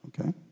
Okay